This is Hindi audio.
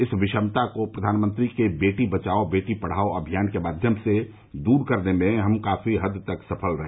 इस विषमता को प्रधानमंत्री के बेटी बचाओ बेटी पढ़ाओ अभियान के माध्यम से दूर करने में हम काफी हद तक सफल रहे